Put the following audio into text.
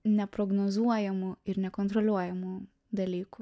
neprognozuojamų ir nekontroliuojamų dalykų